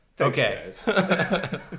Okay